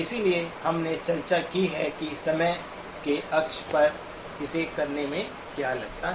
इसलिए हमने चर्चा की है कि समय के अक्ष पर इसे करने में क्या लगता है